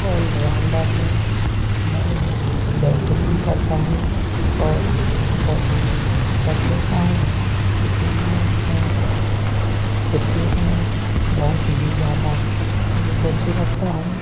all rounder हूँ मैं batting भी करता हूँ और बॉलिंग भी कर लेता हूँ इसलिए मैं किर्केट में बहुत ही ज़्यादा अपनी रुचि रखता हूँ